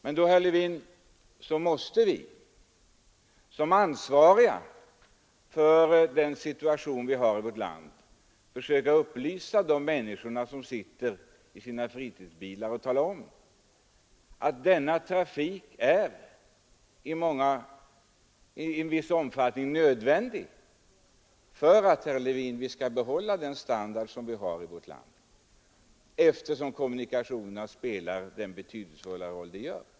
Men under sådana förhållanden, herr Levin, måste vi som ansvariga för den situation vi har i vårt land försöka upplysa de människor som sitter i sina fritidsbilar och tala om för dem att denna lastbilstrafik i viss omfattning är nödvändig för att vi skall behålla vår standard, eftersom kommunikationerna spelar en så betydelsefull roll.